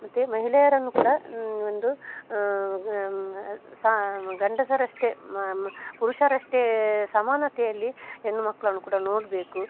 ಮತ್ತು ಮಹಿಳೆಯರನ್ನು ಕೂಡ ಒಂದು ಸಹ ಗಂಡಸರಷ್ಟೇ ಮ ಪುರುಷರಷ್ಟೇ ಸಮಾನತೆಯಲ್ಲಿ ಹೆಣ್ಣು ಮಕ್ಕಳನ್ನು ಕೂಡ ನೋಡಬೇಕು